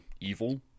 evil